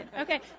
Okay